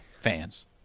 fans